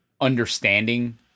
understanding